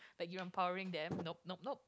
like you're empowering them nope nope nope